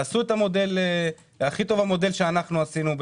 קחו את המודל שאנחנו עשינו.